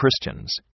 Christians